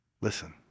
Listen